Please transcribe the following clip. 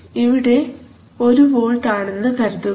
ഇവിടെ 1 വോൾട്ട് ആണെന്ന് കരുതുക